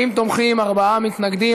40 תומכים, ארבעה מתנגדים.